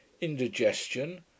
Indigestion